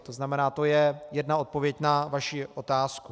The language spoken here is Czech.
To znamená, to je jedna odpověď na vaši otázku.